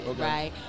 right